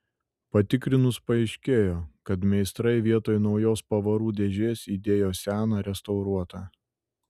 patikrinus paaiškėjo kad meistrai vietoj naujos pavarų dėžės įdėjo seną restauruotą